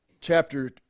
chapter